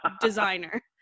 designer